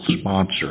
sponsor